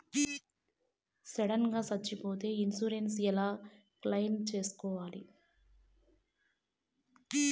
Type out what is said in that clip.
Sudden గా సచ్చిపోతే insurance ఎలా క్లెయిమ్ సేసుకోవాలి?